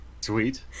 Sweet